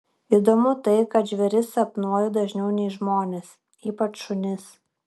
įdomu tai kad žvėris sapnuoju dažniau nei žmones ypač šunis